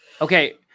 Okay